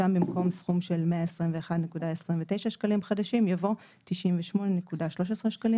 שם במקום סכום של 121.29 שקלים חדשים יבואו 98.13 שקלים